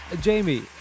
Jamie